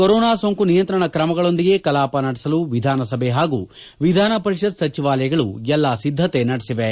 corona ಸೋಂಕು ನಿಯಂತ್ರಣ ಕ್ರಮಗಳೊಂದಿಗೆ ಕಲಾಪ ನಡೆಸಲು ವಿಧಾನಸಭೆ ಹಾಗೂ ವಿಧಾನ ಪರಿಷತ್ ಸಚಿವಾಲಯಗಳು ಎಲ್ಲಾ ಸಿದ್ದತೆ ನಡೆಸಿವೆ